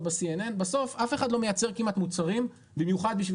ב-CNN בסוף אף אחד לא מייצר כמעט מוצרים במיוחד בשביל